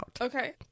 Okay